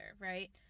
right